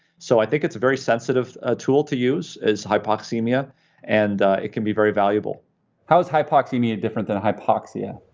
so, i think it's a very sensitive tool to use is hypoxemia and it can be very valuable. kyle how is hypoxemia different than hypoxia?